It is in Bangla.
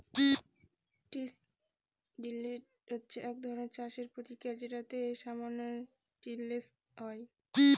স্ট্রিপ ড্রিল হচ্ছে এক ধরনের চাষের প্রক্রিয়া যেটাতে সামান্য টিলেজ হয়